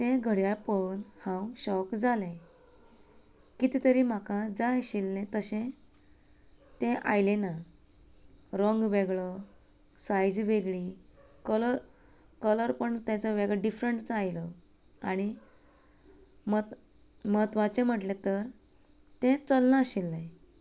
ते घडयाळ पळोवन हांव शॉक जालें कितें तरी म्हाका जाय आशिल्ले तशें तें आयले ना रंग वेगळो सायज वेगळीं कलर कलर पण तेचो डिफरन्टच आयलो आनी म्ह म्हत्वाचें म्हटलें तर तें चलना आशिल्ले